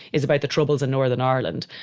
is about the troubles in northern ireland.